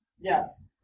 Yes